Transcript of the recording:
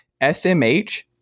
SMH